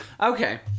Okay